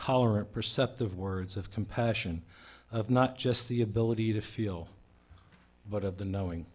tolerant perceptive words of compassion of not just the ability to feel but of the knowing